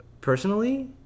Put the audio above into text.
personally